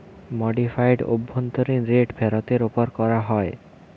modified অভ্যন্তরীন rate ফেরতের ওপর করা হয়